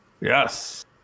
yes